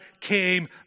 came